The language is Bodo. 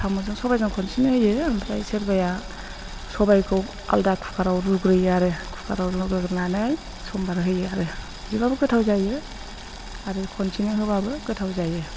साम'जों सबायजों खनसेनो होयो ओमफ्राय सोरबाया सबायखौ आलादा कुकाराव रुग्रोयो आरो कुकाराव रुग्रोनानै सम्भार होयो आरो बिदिबाबो गोथाव जायो आरो खनसेनो होबाबो गोथाव जायो